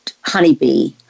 Honeybee